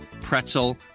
pretzel